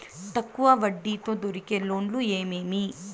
తక్కువ వడ్డీ తో దొరికే లోన్లు ఏమేమీ?